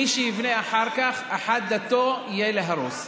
מי שיבנה אחר כך, אחת דתו יהיה, להרוס.